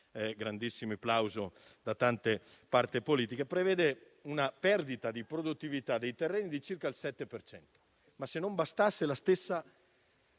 grandissimo plauso da tante parti politiche, prevede una perdita di produttività dei terreni di circa il 7 per cento. E come se non bastasse, la stessa